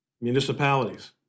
municipalities